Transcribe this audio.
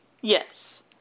Yes